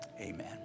Amen